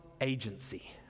agency